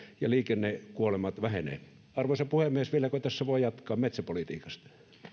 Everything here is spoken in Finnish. ja liikennekuolemat vähenevät arvoisa puhemies vieläkö tässä voi jatkaa metsäpolitiikasta